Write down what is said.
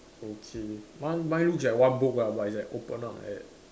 okay one mine looks like one book lah but it's like open up like that